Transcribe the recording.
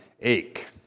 ache